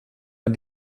man